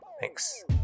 Thanks